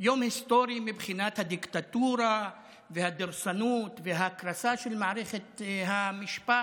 יום היסטורי מבחינת הדיקטטורה והדורסנות וההקרסה של מערכת המשפט.